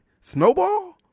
Snowball